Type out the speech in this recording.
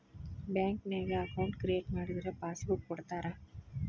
ಬ್ಯಾಂಕ್ನ್ಯಾಗ account create ಮಾಡಿದರ passbook ಕೊಡ್ತಾರಾ